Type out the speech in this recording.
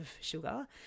sugar